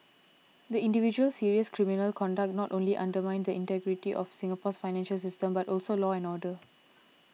the individual's serious criminal conduct not only undermined the integrity of Singapore's financial system but also law and order